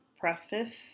preface